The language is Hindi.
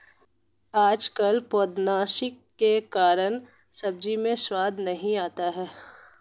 आजकल पौधनाशक के कारण सब्जी का स्वाद ही नहीं आता है